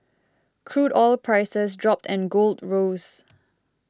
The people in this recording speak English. crude oil prices dropped and gold rose